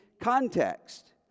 context